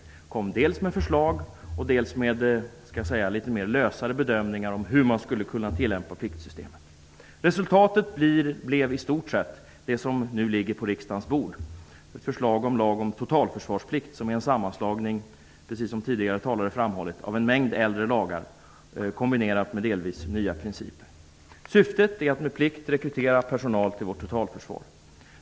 Vi kom dels med förslag, dels med litet lösare bedömningar av hur man skulle kunna tillämpa pliktsystemet. Resultatet blev i stort sett det som nu ligger på riksdagens bord, ett förslag till lag om totalförsvarsplikt som är en sammanslagning, precis som tidigare talare har framhållit, av en mängd äldre lagar kombinerad med delvis nya principer. Syftet är att pliktrekrytera personal till vårt totalförsvar.